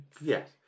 Yes